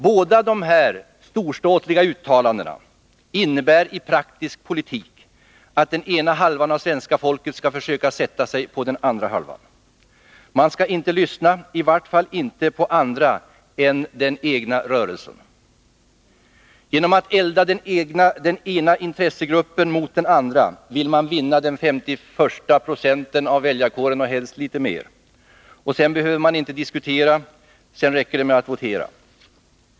Båda dessa storståtliga uttalanden innebär i praktisk politik att den ena halvan av svenska folket skall försöka sätta sig på den andra halvan. Man skall inte lyssna — i vart fall inte på andra än den ”egna rörelsen”. Genom att elda den ena intressegruppen mot den andra vill man vinna den femtioförsta procenten av väljarkåren — och helst litet mer. Sedan behöver man inte diskutera. Då räcker det med att votera.